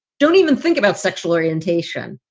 don't even think about sexual orientation.